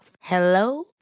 Hello